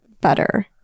better